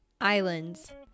Islands